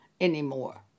anymore